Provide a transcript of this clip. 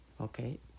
Okay